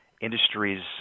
industries